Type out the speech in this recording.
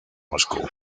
moscú